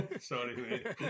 Sorry